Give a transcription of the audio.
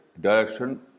direction